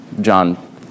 John